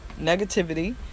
negativity